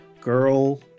girl